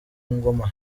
ngoma